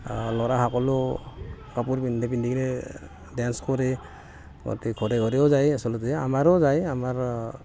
ল'ৰাসকলেও কাপোৰ পিন্ধে পিন্ধি কিনে ডেন্স কৰে ঘৰে ঘৰেও যায় আচলতে আমাৰো যায় আমাৰ